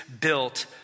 built